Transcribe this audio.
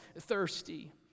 thirsty